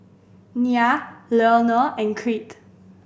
Nia Leonor and Crete